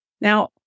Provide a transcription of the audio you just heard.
Now